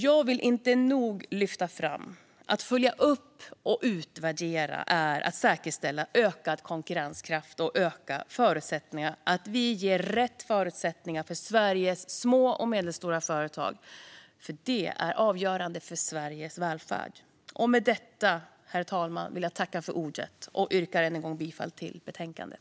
Jag kan inte nog lyfta fram att uppföljning och utvärdering innebär att säkerställa ökad konkurrenskraft och ökade möjligheter att ge Sveriges små och medelstora företag rätt förutsättningar. Detta är avgörande för Sveriges välfärd. Med detta, herr talman, vill jag tacka för ordet och än en gång yrka bifall till utskottets förslag i betänkandet.